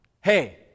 hey